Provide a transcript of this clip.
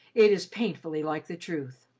it is painfully like the truth.